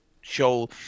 show